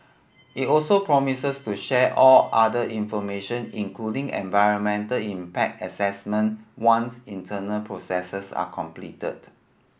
it also promises to share all other information including environmental impact assessment once internal processes are completed